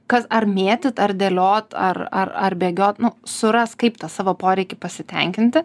kas ar mėtyt ar dėliot ar ar ar bėgiot nu suras kaip tą savo poreikį pasitenkinti